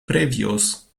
previous